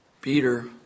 Peter